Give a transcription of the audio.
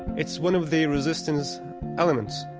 it's one of the resistance elements.